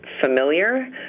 familiar